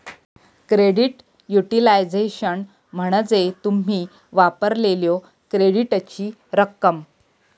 credit utilisation म्हणजे तुम्ही वापरलेल्यो क्रेडिटची रक्कम